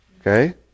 okay